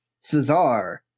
Cesar